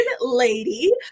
lady